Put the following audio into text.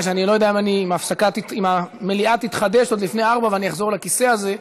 כי אני לא יודע אם המליאה תתחדש עוד לפני 16:00 ואני אחזור לכיסא הזה.